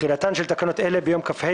תחילה תחילתן של תקנות אלה ביום כ"ה